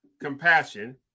compassion